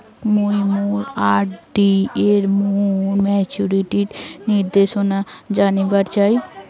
মুই মোর আর.ডি এর মোর মেচুরিটির নির্দেশনা জানিবার চাই